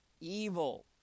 evil